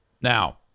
Now